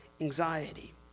anxiety